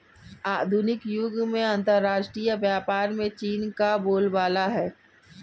आधुनिक युग में अंतरराष्ट्रीय व्यापार में चीन का बोलबाला है